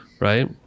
Right